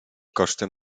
kosztem